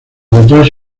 detrás